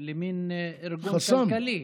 למין ארגון כלכלי.